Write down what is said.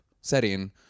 setting